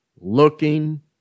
looking